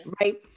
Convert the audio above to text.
Right